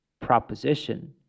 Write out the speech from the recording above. proposition